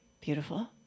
beautiful